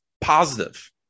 positive